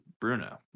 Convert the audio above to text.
Bruno